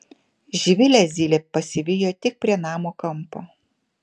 živilę zylė pasivijo tik prie namo kampo